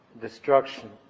destruction